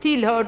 Tillhör